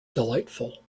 delightful